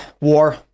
War